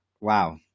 Wow